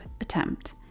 attempt